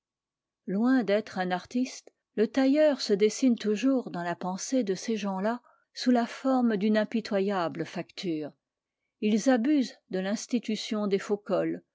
loin d'être un artiste le tailleur se dessine toujours dans la pensée de ces gens-là sous la forme d'une impitoyable facture ils abusent de l'institution des faux